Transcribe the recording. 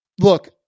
look